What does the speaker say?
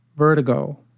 Vertigo